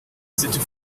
cette